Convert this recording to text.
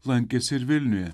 lankėsi ir vilniuje